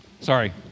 Sorry